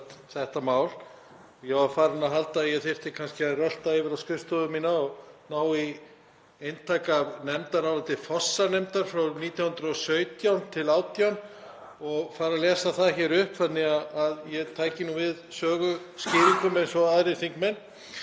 þetta mál. Ég var farinn að halda að ég þyrfti kannski að rölta yfir á skrifstofu mína og ná í eintak af nefndaráliti fossanefndar frá 1917–1918 og lesa það hér upp þannig að ég tæki við söguskýringum eins og aðrir þingmenn.